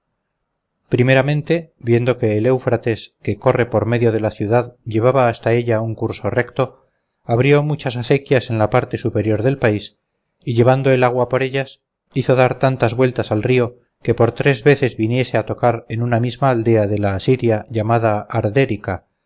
primeramente viendo que el eufrates que corro por medio de la ciudad llevaba hasta ella un curso recto abrió muchas acequias en la parte superior del país y llevando el agua por ellas hizo dar tantas vueltas al río que por tres veces viniese a tocar en una misma aldea de la asiria llamada ardérica de